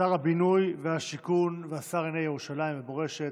שר הבינוי והשיכון והשר לענייני ירושלים ומורשת,